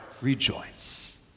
rejoice